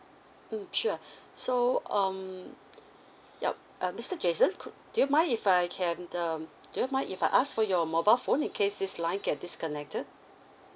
mm sure so um yup uh mister Jason could do you mind if I can um do you mind if I ask for your mobile phone in case this line get disconnected